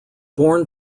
born